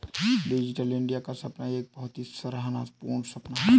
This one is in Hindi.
डिजिटल इन्डिया का सपना एक बहुत ही सराहना पूर्ण सपना है